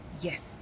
yes